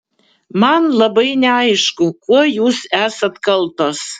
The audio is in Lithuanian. man labai neaišku kuo jūs esat kaltos